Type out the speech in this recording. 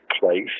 place